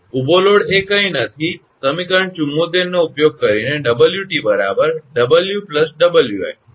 ઊભો લોડ એ કંઈ નથી સમીકરણ 74 નો ઉપયોગ કરીને 𝑊𝑇 𝑊 𝑊𝑖